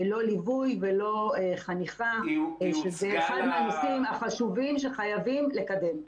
לא ליווי ולא חניכה שזה אחד הנושאים החשובים שחייבים לקדם,